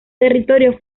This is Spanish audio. territorio